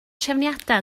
trefniadau